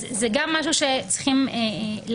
אז זה גם משהו שצריכים להבין,